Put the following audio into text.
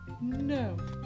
No